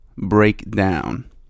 breakdown